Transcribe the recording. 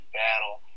battle